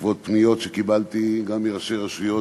בעקבות פניות שקיבלתי גם מראשי רשויות,